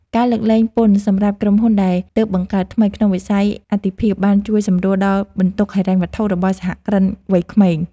ការលើកលែងពន្ធសម្រាប់ក្រុមហ៊ុនដែលទើបបង្កើតថ្មីក្នុងវិស័យអាទិភាពបានជួយសម្រួលដល់បន្ទុកហិរញ្ញវត្ថុរបស់សហគ្រិនវ័យក្មេង។